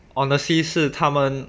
honestly 是他们